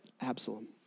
Absalom